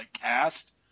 cast